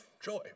joy